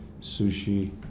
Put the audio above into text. sushi